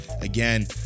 Again